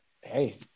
Hey